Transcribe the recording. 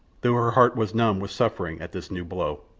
though her heart was numb with suffering at this new blow.